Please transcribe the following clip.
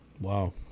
Wow